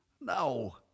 No